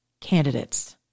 candidates